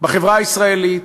בחברה הישראלית,